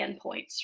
endpoints